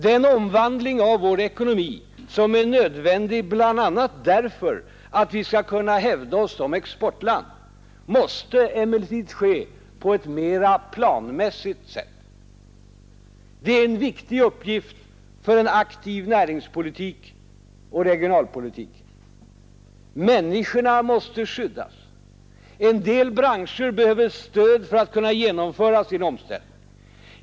Den omvandling av vår ekonomi som är nödvändig bl.a. för att vi skall kunna hävda oss som exportland måste emellertid ske på ett mera planmässigt sätt. Det är en viktig uppgift för en aktiv näringspolitik och regionpolitik. Människorna måste skyddas. En del branscher behöver stöd för att kunna genomföra sin omställning.